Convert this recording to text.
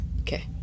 Okay